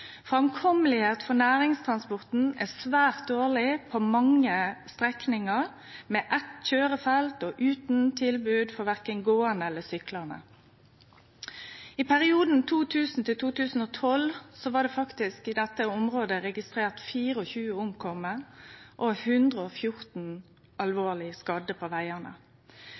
for næringstransporten er svært dårleg på mange strekningar, med eitt kjørefelt og utan tilbod for verken gåande eller syklande. I perioden 2000 til 2012 blei det faktisk i dette området registrert 24 omkomne og 114 alvorleg skadde på vegane.